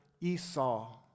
Esau